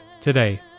today